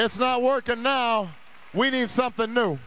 it's not working now we need something new